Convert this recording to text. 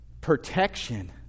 protection